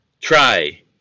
try